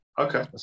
Okay